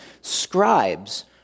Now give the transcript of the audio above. Scribes